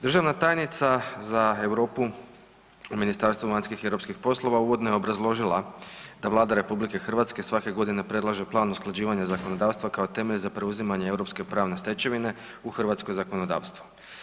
Državna tajnica za Europu u Ministarstvu vanjskih i europskih poslova uvodno je obrazložila da Vlada RH svake godine predlaže u planu usklađivanja zakonodavstva kao temelj za preuzimanje europske pravne stečevine u hrvatsko zakonodavstvo.